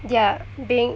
they're being